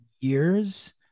years